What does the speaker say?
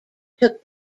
took